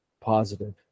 positive